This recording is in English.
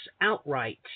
outright